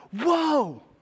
whoa